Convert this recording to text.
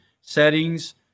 settings